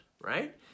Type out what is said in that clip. right